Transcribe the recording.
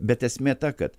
bet esmė ta kad